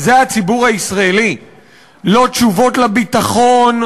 חוק הלאום,